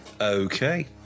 Okay